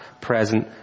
present